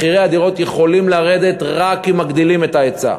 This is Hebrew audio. מחירי הדירות יכולים לרדת רק אם מגדילים את ההיצע.